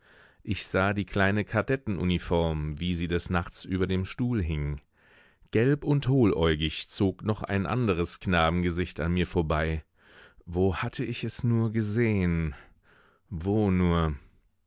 ich sah die kleine kadettenuniform wie sie des nachts über dem stuhl hing gelb und hohläugig zog noch ein anderes knabengesicht an mir vorbei wo hatte ich es nur gesehen wo nur